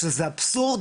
שזה אבסורד,